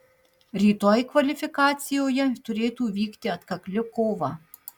rytoj kvalifikacijoje turėtų vykti atkakli kova